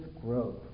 growth